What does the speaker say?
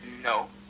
No